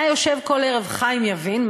היה יושב כל ערב חיים יבין,